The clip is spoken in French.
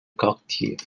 quartiers